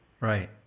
Right